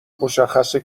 مشخصه